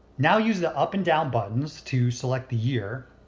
now use the up and down buttons to select the year